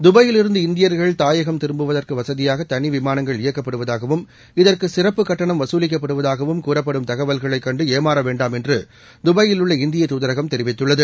துபாயிலிருந்து இந்தியர்கள் தாயகம் திரும்புவதற்கு வசதியாக விமானங்கள் தனி இயக்கப்படுவதாகவும் இதற்கு சிறப்பு கட்டணம் வசூலிக்கப்படுவதாகவும் கூறப்படும் தகவல்ககைள் கண்டு ஏமாறவேண்டாம் என்று துபாயிலுள்ள இந்திய துாதரகம் தெரிவித்துள்ளது